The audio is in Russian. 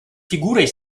фигурой